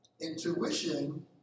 Intuition